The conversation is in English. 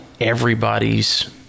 everybody's